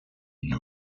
une